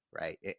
right